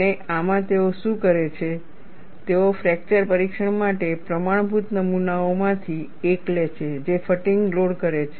અને આમાં તેઓ શું કરે છે તેઓ ફ્રેકચર પરીક્ષણ માટે પ્રમાણભૂત નમૂનાઓમાંથી એક લે છે જે ફટીગ લોડ કરે છે